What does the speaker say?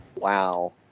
Wow